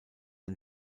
ein